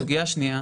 הסוגיה השנייה,